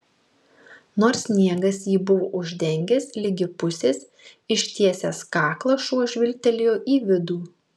nors sniegas jį buvo uždengęs ligi pusės ištiesęs kaklą šuo žvilgtelėjo į vidų